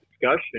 discussion